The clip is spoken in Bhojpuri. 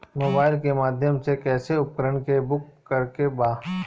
मोबाइल के माध्यम से कैसे उपकरण के बुक करेके बा?